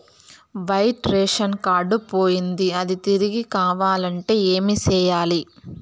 white ration card పోయింది అది తిరిగి కావాలంటే ఏం సేయాలి